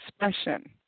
expression